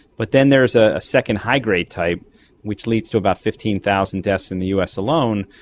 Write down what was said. but then there's a second high-grade type which leads to about fifteen thousand deaths in the us alone,